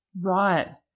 Right